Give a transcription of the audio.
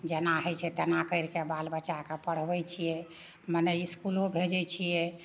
जेना होइ छै तेना करि कए बाल बच्चाके पढ़बै छियै मने इसकुलो भेजै छियै